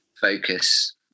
Focus